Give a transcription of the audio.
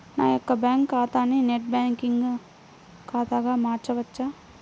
నా యొక్క బ్యాంకు ఖాతాని నెట్ బ్యాంకింగ్ ఖాతాగా మార్చవచ్చా?